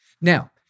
Now